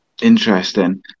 Interesting